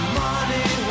money